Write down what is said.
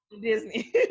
Disney